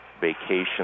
vacation